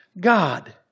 God